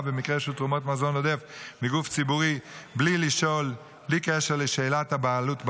במקרה של תרומת מזון עודף מגוף ציבורי בלי קשר לשאלת הבעלות במזון,